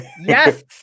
Yes